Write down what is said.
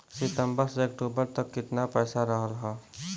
सितंबर से अक्टूबर तक कितना पैसा रहल ह?